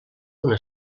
una